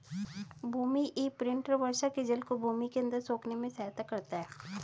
भूमि imprinter वर्षा के जल को भूमि के अंदर सोखने में सहायता करता है